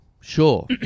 sure